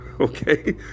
okay